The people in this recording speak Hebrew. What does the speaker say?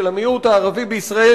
של המיעוט הערבי בישראל,